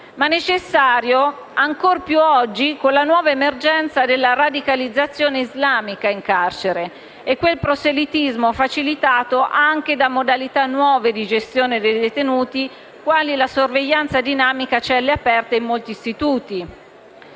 sono oggi ancor più necessari, con la nuova emergenza della radicalizzazione islamica in carcere, con quel proselitismo facilitato anche da modalità nuove di gestione dei detenuti, quali la sorveglianza dinamica a celle aperte in molti istituti.